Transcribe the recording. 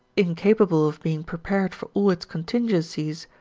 incapable of being prepared for all its contingencies,